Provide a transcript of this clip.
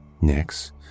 Next